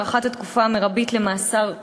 הארכת התקופה המרבית למאסר כפייה),